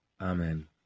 Amen